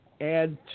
add